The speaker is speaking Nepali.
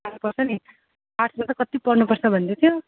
पर्छ नि आर्ट्समा त कति पढ्नुपर्छ भन्दैथ्यो